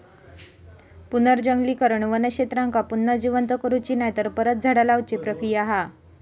पुनर्जंगलीकरण वन क्षेत्रांका पुन्हा जिवंत करुची नायतर परत झाडा लाऊची प्रक्रिया हा